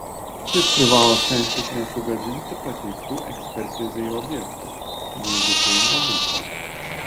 jis privalo stengtis nesugadinti pateiktų ekspertizei objektų jeigu tai nebūtina